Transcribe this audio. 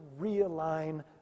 realign